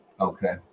Okay